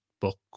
book